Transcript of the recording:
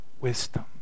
wisdom